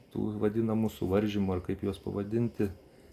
tų vadinamų suvaržymų ar kaip juos pavadinti